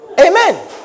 amen